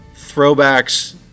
throwbacks